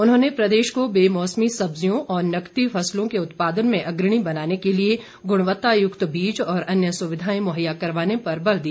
उन्होंने प्रदेश को बेमौसमी सब्जियों और नकदी फसलों के उत्पादन में अग्रणी बनाने के लिए गुणवत्ता युक्त बीज और अन्य सुविधाएं मुहैया करवाने पर बल दिया